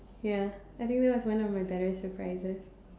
ya I think that was one of my better surprises